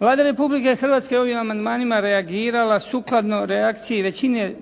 Vlada Republike Hrvatske ovim amandmanima je reagirala sukladno reakciji većine